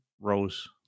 Rows